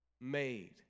made